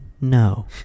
No